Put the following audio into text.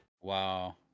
Wow